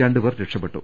രണ്ടുപേർ രക്ഷപ്പെട്ടു